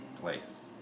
place